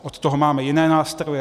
Od toho máme jiné nástroje.